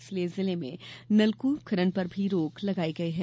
इसलिए जिले में नलकूप खनन पर भी रोक लगाई गई है